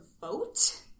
vote